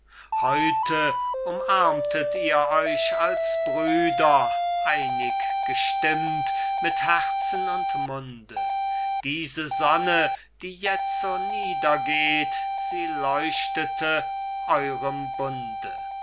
heute umarmtet ihr euch als brüder einig gestimmt mit herzen und munde diese sonne die jetzo nieder geht sie leuchtete eurem bunde